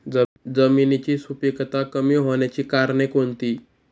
जमिनीची सुपिकता कमी होण्याची कारणे कोणती?